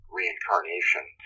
reincarnation